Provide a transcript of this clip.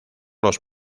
los